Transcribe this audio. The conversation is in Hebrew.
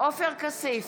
עופר כסיף,